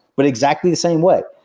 but exactly the same way.